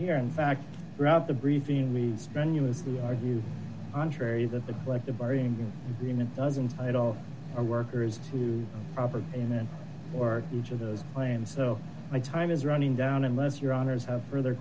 here in fact throughout the briefing we strenuously argue contrary that the collective bargaining agreement doesn't fight all our workers to property in or each of the claims so my time is running down unless your honour's have further